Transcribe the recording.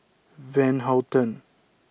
Van Houten